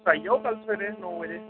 तुस आई आओ कल सबेरे नौ बजे